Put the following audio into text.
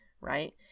Right